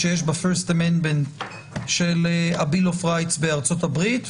שיש ב-first Amendment של ה-Bill of Rights בארצות הברית,